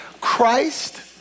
Christ